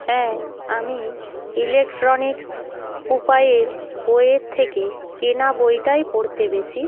হ্যাঁ আমি ইলেকট্রনিক্স উপায়ের বইয়ের থেকে কেনা বইটাই পড়তে বেশি